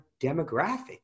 demographic